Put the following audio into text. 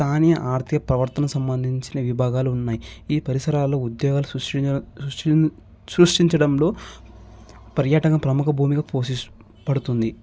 స్థాని ఆర్థిక ప్రవర్తన సంబంధించిన విభాగాలు ఉన్నాయి ఈ పరిసరాలు ఉద్యోగాలు సృష్టించ సృష్టిం సృష్టించడంలో పర్యటన ప్రముఖ భూమిక పోషించు పడుతుంది